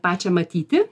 pačią matyti